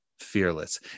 Fearless